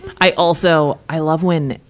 i also, i love when,